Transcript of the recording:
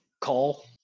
call